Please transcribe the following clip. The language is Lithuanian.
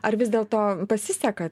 ar vis dėlto pasiseka